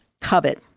covet